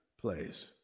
place